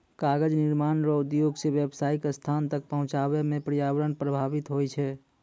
कागज निर्माण रो उद्योग से व्यावसायीक स्थान तक पहुचाबै मे प्रर्यावरण प्रभाबित होय छै